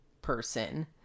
person